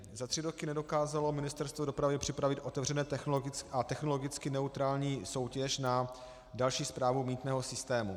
Za tři roky nedokázalo Ministerstvo dopravy připravit otevřenou a technologicky neutrální soutěž na další správu mýtného systému.